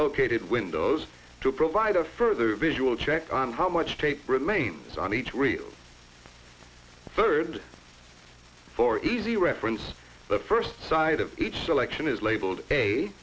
located windows to provide a further visual check on how much tape remains on each real third for easy reference the first side of each selection is labeled